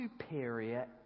superior